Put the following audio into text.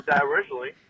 Originally